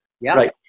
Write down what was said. right